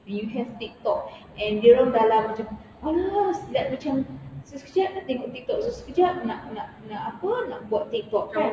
you have TikTok and dorang dah lah macam malas sekejap macam sekejap-sekejap nak tengok TikTok sekejap-sekejap nak nak nak apa nak buat TikTok kan